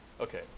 Okay